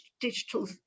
digital